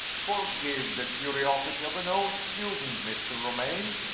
forgive the curiosity of an old student, mr. romayne,